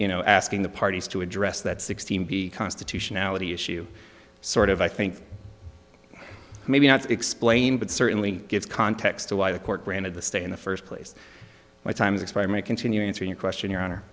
you know asking the parties to address that sixteen be constitutionality issue sort of i think maybe not to explain but certainly gives context to why the court granted the stay in the first place my time's expired my continuing to question your honor